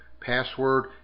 password